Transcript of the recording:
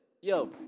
Yo